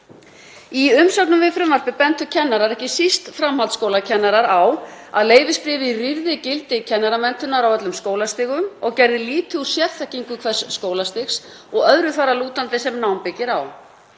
Í umsögnum við frumvarpið bentu kennarar, ekki síst framhaldsskólakennarar, á að leyfisbréfið rýrði gildi kennaramenntunar á öllum skólastigum og gerði lítið úr sérþekkingu hvers skólastigs og öðru þar að lútandi sem nám byggir á.